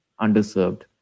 underserved